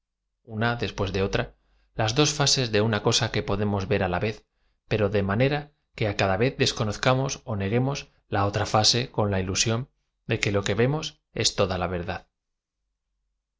una después de otra las dos fases de una cosa que podemos v e r á la vez pero de manera que cada v ez desconozcamos ó neguemos la otra fase con la ilusión de que lo que vemos es toda la verdad